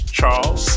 Charles